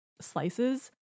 slices